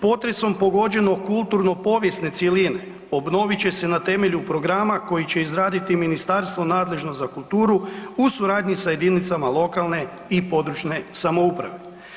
Potresom pogođeno kulturno-povijesno cjeline obnovit će se na temelju programa koji će izraditi Ministarstvo nadležno za kulturu u suradnji sa jedinicama lokalne i područne samouprave.